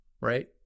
right